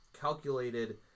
calculated